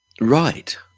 Right